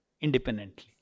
independently